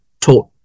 taught